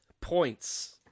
points